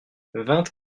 vingt